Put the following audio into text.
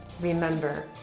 remember